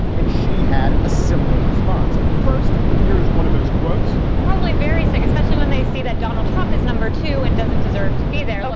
and she had a similar response. first, here's one of those quotes probably very sick, especially when they see that donald trump is number two and doesn't deserve to be there.